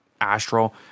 Astral